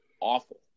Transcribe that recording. awful